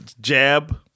jab